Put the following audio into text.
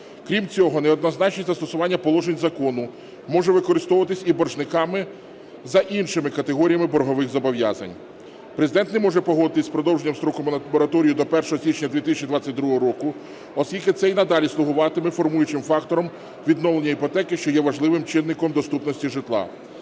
Крім цього, неоднозначне застосування положень закону може використовуватись і боржниками за іншими категоріями боргових зобов'язань. Президент не може погодитись з продовженням строку мораторію до 1 січня 2022 року, оскільки це і надалі слугуватиме формуючим фактором відновлення іпотеки, що є важливим чинником доступності житла.